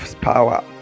power